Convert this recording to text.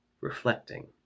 reflecting